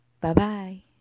bye-bye